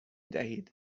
دهید